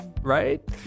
right